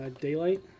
Daylight